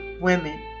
Women